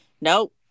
nope